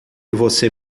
você